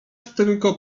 tylko